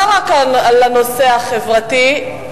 לא רק בנושא החברתי,